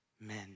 Men